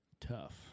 Tough